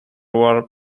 war